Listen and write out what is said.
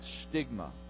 stigma